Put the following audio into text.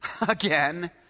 again